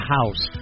House